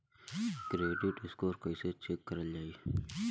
Credit score कइसे check करल जायी?